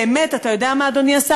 באמת, אתה יודע מה, אדוני השר?